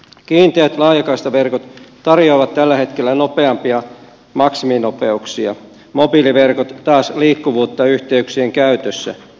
kiinteät laajakaistaverkot tarjoavat tällä hetkellä nopeampia maksiminopeuksia mobiiliverkot taas liikkuvuutta yhteyksien käytössä